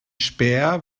späher